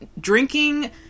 drinking